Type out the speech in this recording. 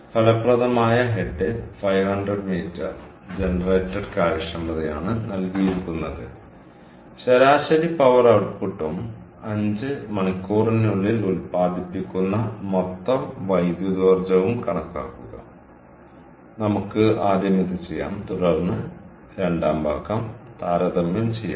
ഫലപ്രദമായ head 500m generated കാര്യക്ഷമതയാണ് നൽകിയിരിക്കുന്നത് ശരാശരി പവർ ഔട്ട്പുട്ടും 5 മണിക്കൂറിനുള്ളിൽ ഉൽപ്പാദിപ്പിക്കുന്ന മൊത്തം വൈദ്യുതോർജ്ജവും കണക്കാക്കുക അതിനാൽ നമുക്ക് ആദ്യം ഇത് ചെയ്യാം തുടർന്ന് രണ്ടാം ഭാഗം താരതമ്യം ചെയ്യാം